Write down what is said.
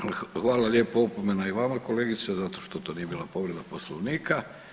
Hvala lijepo, opomena i vama kolegice zato što to nije bila povreda Poslovnika.